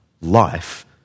life